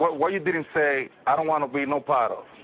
but why you didn't say, i don't want to be no part of